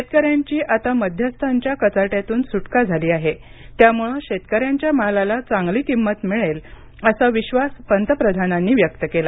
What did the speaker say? शेतकऱ्यांची आता मध्यस्थांच्या कचाट्यातून सुटका झाली आहे त्यामुळे शेतकऱ्यांच्या मालाला चांगली किंमत मिळेल असा विश्वास पंतप्रधानांनी व्यक्त केला